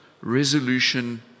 resolution